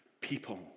people